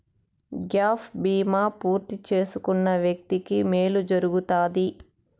gap బీమా పూర్తి చేసుకున్న వ్యక్తికి మేలు జరుగుతాది